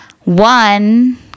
one